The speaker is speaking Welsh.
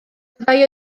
byddai